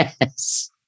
Yes